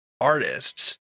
artists